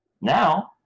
Now